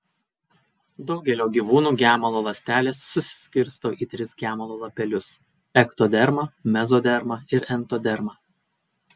daugelio gyvūnų gemalo ląstelės susiskirsto į tris gemalo lapelius ektodermą mezodermą ir entodermą